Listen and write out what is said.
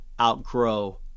outgrow